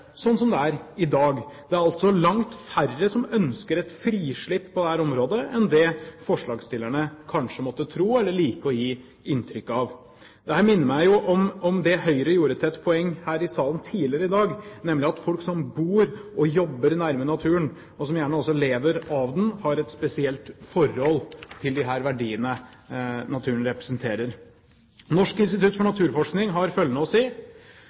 sånn som det er i dag. Det er altså langt færre som ønsker et frislipp på dette området enn det forslagsstillerne kanskje måtte tro, eller like å gi inntrykk av. Dette minner meg om det Høyre gjorde til et poeng i salen tidligere i dag, nemlig at folk som bor og jobber nær naturen – og som gjerne også lever av den – har et spesielt forhold til de verdiene naturen representerer. Norsk institutt for naturforskning har følgende